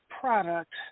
product